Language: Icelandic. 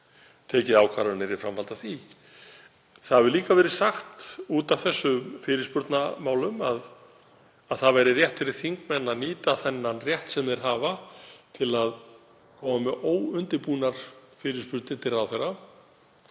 tekið ákvarðanir í framhaldi af því. Það hefur líka verið sagt út af þessum fyrirspurnamálum að rétt væri fyrir þingmenn að nýta þann rétt sem þeir hafa til að koma með óundirbúnar fyrirspurnir til ráðherra.